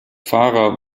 fahrer